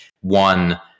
one